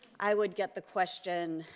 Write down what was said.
i would get the question